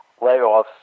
layoffs